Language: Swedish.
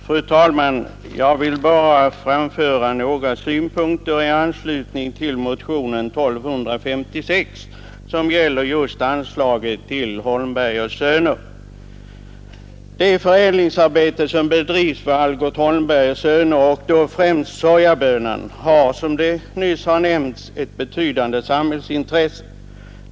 Fru talman! Jag vill bara framföra några synpunkter i anslutning till motionen 1256, som gäller just anslaget till Algot Holmberg och Söner AB. Det förädlingsarbete som bedrivs vid Algot Holmberg och Söner och då främst när det gäller sojabönan har, som nyss nämnts, ett betydande samhällsintresse.